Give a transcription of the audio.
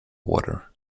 water